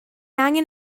angen